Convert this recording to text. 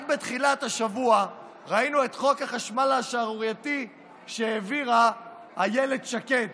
רק בתחילת השבוע ראינו את חוק החשמל השערורייתי שהעבירה אילת שקד.